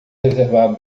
reservar